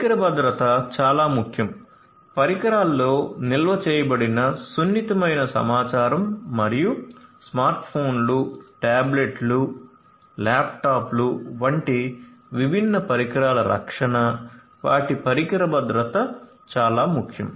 పరికర భద్రత చాలా ముఖ్యం పరికరాల్లో నిల్వ చేయబడిన సున్నితమైన సమాచారం మరియు స్మార్ట్ఫోన్లు టాబ్లెట్లు ల్యాప్టాప్లు వంటి విభిన్న పరికరాల రక్షణ వాటి పరికర భద్రత చాలా ముఖ్యం